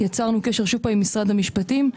יצרנו קשר שוב עם משרד המשפטים.